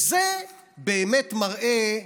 זה באמת מראה,